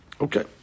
Okay